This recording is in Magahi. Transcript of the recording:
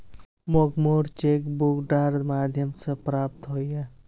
मोक मोर चेक बुक डाकेर माध्यम से प्राप्त होइए